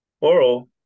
oral